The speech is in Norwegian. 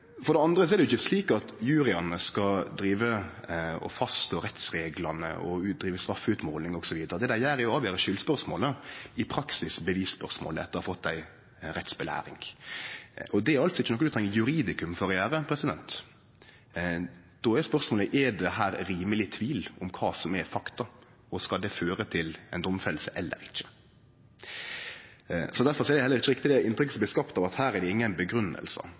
For det andre skal ikkje juryane fastslå rettsreglane og drive med straffutmåling osv. Det dei gjer, er at dei avgjer skyldspørsmålet, i praksis bevisspørsmålet, etter å ha fått ei rettsutgreiing. Det er ikkje noko ein treng juridikum for å gjere. Då er spørsmålet: Er det her rimeleg tvil om kva som er fakta, og skal det føre til ei domfelling eller ikkje? Difor er heller ikkje det inntrykket som blir skapt av at her er det